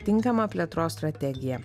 tinkama plėtros strategija